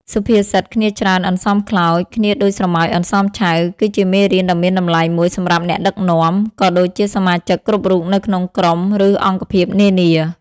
សុភាសិត «គ្នាច្រើនអន្សមខ្លោច គ្នាដូចស្រមោចអន្សមឆៅ» គឺជាមេរៀនដ៏មានតម្លៃមួយសម្រាប់អ្នកដឹកនាំ ក៏ដូចជាសមាជិកគ្រប់រូបនៅក្នុងក្រុម ឬអង្គភាពនានា។